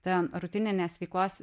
ta rutininės veiklos